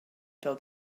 bêl